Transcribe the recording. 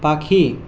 পাখি